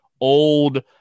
old